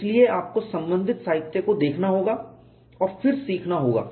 इसलिए आपको संबंधित साहित्य को देखना होगा और फिर सीखना होगा